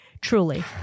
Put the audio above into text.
truly